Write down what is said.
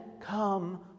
come